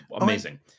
amazing